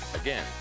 Again